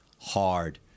hard